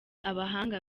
abahanga